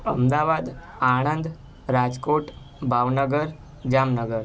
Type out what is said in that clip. Ahmedabad Anand Rajkot Bhavnagar Jamnagar